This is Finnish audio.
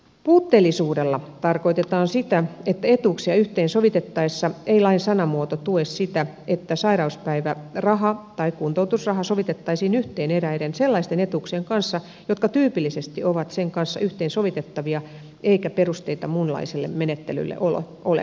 puutteellisuudella tarkoitetaan sitä että etuuksia yhteensovitettaessa ei lain sanamuoto tue sitä että sairauspäiväraha tai kuntoutusraha sovitettaisiin yhteen eräiden sellaisten etuuksien kanssa jotka tyypillisesti ovat sen kanssa yhteensovitettavia eikä perusteita muunlaiselle menettelylle ole